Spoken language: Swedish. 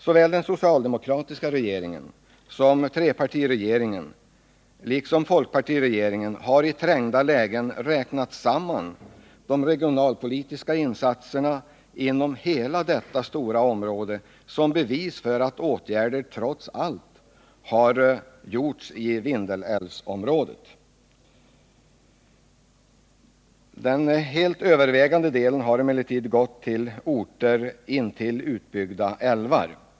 Såväl den socialdemokratiska regeringen som trepartiregeringen — liksom även folkpartiregeringen — har i trängda lägen räknat samman de regionalpolitiska insatserna inom hela detta stora område som bevis för att åtgärder trots allt har vidtagits i Vindelälvsområdet. Den helt övervägande delen av insatserna har emellertid gått till orter intill utbyggda älvar.